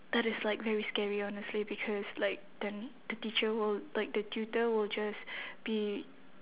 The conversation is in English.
that is like very scary honestly because like then the teacher will like the tutor will just be